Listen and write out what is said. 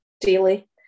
daily